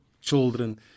children